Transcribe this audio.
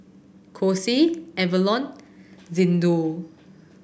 Kose Avalon Xndo